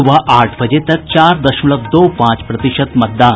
सुबह आठ बजे तक चार दशमलव दो पांच प्रतिशत मतदान